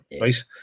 right